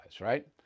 right